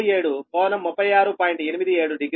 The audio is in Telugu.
870 MVA